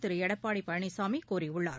திருஎடப்பாடிபழனிசாமிகூறியுள்ளார்